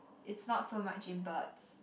it's not so much in birds